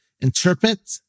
interpret